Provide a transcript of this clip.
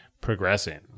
Progressing